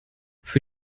für